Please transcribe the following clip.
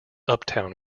uptown